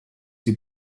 ses